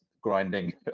grinding